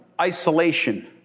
Isolation